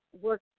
work